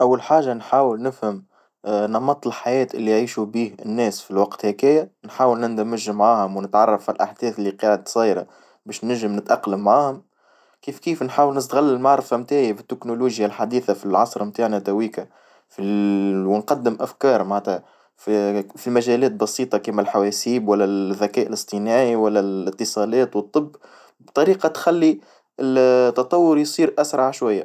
أول حاجة نحاول نفهم نمط الحياة اللي يعيشو بيه الناس في الوقت هاكايا نحاول نندمج معاهم ونتعرف على الأهداف اللي كانت صايرة باش نجم نتأقلم معاهم، كيف كيف نحاول نستغل المعرفة متاعي بالتكنولوجيا الحديثة في العصر متاعنا ذويكا في ونقدم أفكار معنتها في مجالات بسيطة كما الحواسيب ولا الذكاء الاصطناعي ولا الاتصالات والطب بطريقة تخلي ال التطور يصير أسرع شوية.